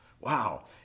Wow